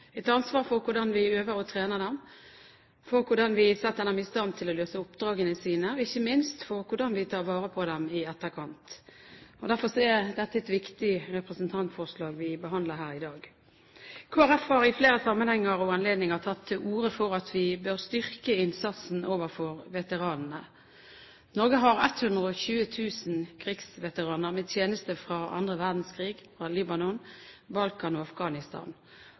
et ansvar for hvordan vi øver og trener dem, for hvordan vi setter dem i stand til å løse oppdragene sine, og ikke minst for hvordan vi tar vare på dem i etterkant. Derfor er det et viktig representantforslag vi behandler her i dag. Kristelig Folkeparti har i flere sammenhenger og ved flere anledninger tatt til orde for at vi bør styrke innsatsen overfor veteranene. Norge har 120 000 krigsveteraner med tjeneste fra den andre verdenskrig, fra Libanon, Balkan og Afghanistan,